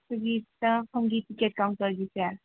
ꯑꯩꯈꯣꯏꯒꯤ ꯆꯪꯉꯛꯐꯝꯒꯤ ꯇꯤꯀꯦꯠ ꯀꯥꯎꯟꯇꯔꯒꯤꯁꯦ